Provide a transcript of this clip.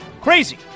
Crazy